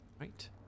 Right